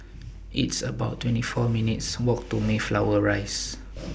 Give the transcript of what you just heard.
It's about twenty four minutes' Walk to Mayflower Rise